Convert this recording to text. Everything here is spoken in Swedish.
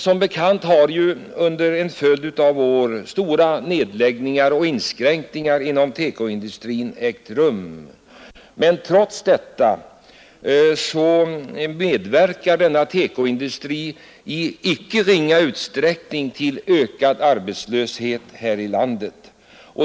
Som bekant har under en följd av år stora nedläggningar och inskränkningar ägt rum inom TEKO-industrin, men trots detta medverkar denna TEKO-industri i icke ringa utsträckning alltjämt till ökad arbetslöshet här i landet.